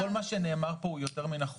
כל מה שנאמר פה הוא יותר מנכון,